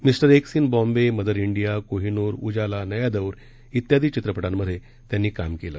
mister X in Bombay Mother India Kohinoor Ujala Naya Daur इत्यादी चित्रपटांमधे काम केलं